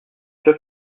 sûr